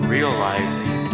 Realizing